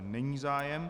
Není zájem.